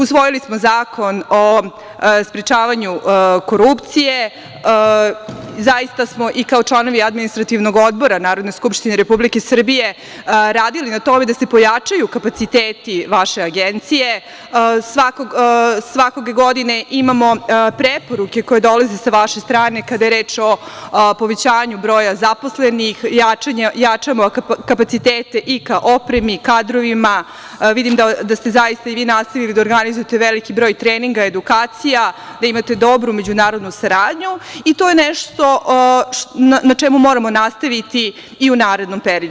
Usvojili smo Zakon o sprečavanju korupcije, zaista smo i kao članovi Administrativnog odbora Narodne skupštine Republike Srbije radili na tome da se pojačaju kapaciteti vaše Agencije, svake godine imamo preporuke koje dolaze sa vaše strane kada je reč o povećanju broja zaposlenih, jačamo kapacitete i ka opremi, kadrovima, vidim da ste zaista i vi nastavili da organizujete veliki broj treninga, edukacija, da imate dobru međunarodnu saradnju i to je nešto na čemu moramo nastaviti i u narednom periodu.